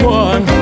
one